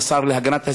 השר להגנת הסביבה,